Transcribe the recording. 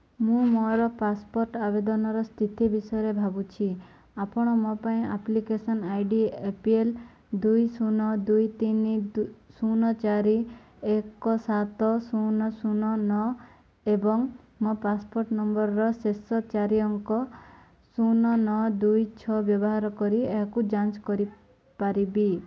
ମୁଁ ମୋର ପାସପୋର୍ଟ୍ ଆବେଦନର ସ୍ଥିତି ବିଷୟରେ ଭାବୁଛି ଆପଣ ମୋ ପାଇଁ application I D A P L ଦୁଇ ଶୂନ ଦୁଇ ତିନି ଦୁ ଶୂନ ଚାରି ଏକ ସାତ ଶୂନ ଶୂନ ନଅ ଏବଂ ମୋ ପାସପୋର୍ଟ୍ ନମ୍ବର୍ର ଶେଷ ଚାରି ଅଙ୍କ ଶୂନ ନଅ ଦୁଇ ଛଅ ବ୍ୟବହାର କରି ଏହାକୁ ଯାଞ୍ଚ କରିପାରିବେ କି